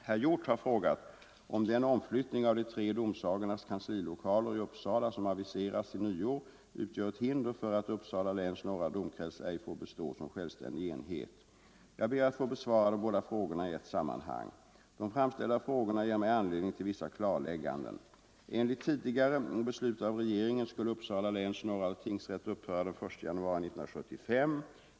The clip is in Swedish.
Herr Hjorth har frågat om den omflyttning av de tre domsagornas kanslilokaler i Uppsala som aviserats till nyår utgör ett hinder för att Uppsala läns norra domkrets får bestå som självständig enhet. Jag ber att få besvara de båda frågorna i ett sammanhang. De framställda frågorna ger mig anledning till vissa klarlägganden. Enligt tidigare beslut av regeringen skulle Uppsala läns norra tingsrätt upphöra den 1 januari 1975.